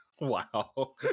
Wow